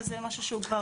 וזה משהו שהוא כבר פועל.